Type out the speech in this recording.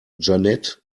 jeanette